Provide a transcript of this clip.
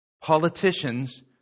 politicians